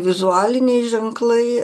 vizualiniai ženklai